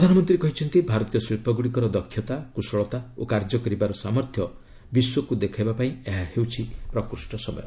ପ୍ରଧାନମନ୍ତ୍ରୀ କହିଛନ୍ତି ଭାରତୀୟ ଶିଳ୍ପଗୁଡ଼ିକର ଦକ୍ଷତା କୁଶଳତା ଓ କାର୍ଯ୍ୟ କରିବାର ସାମର୍ଥ୍ୟ ବିଶ୍ୱକୁ ଦେଖାଇବାପାଇଁ ଏହା ହେଉଛି ପ୍ରକୃଷ୍ଟ ସମୟ